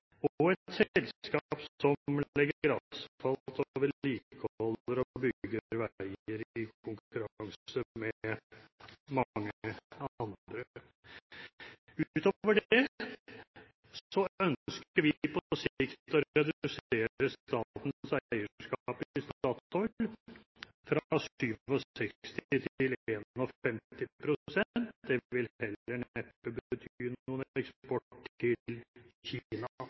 konkurranse, eller et selskap som legger asfalt, vedlikeholder og bygger veier i konkurranse med mange andre. Utover det ønsker vi på sikt å redusere statens eierskap i Statoil fra 67 pst. til 51 pst. Det vil heller